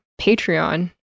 Patreon